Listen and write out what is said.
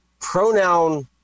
pronoun